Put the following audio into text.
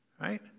right